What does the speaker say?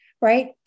right